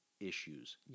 issues